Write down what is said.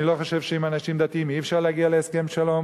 אני לא חושב שעם אנשים דתיים אי-אפשר להגיע להסכם שלום,